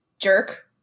Jerk